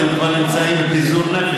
אתם כבר נמצאים גם בפיזור נפש.